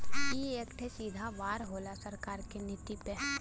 ई एक ठे सीधा वार होला सरकार की नीति पे